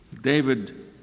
David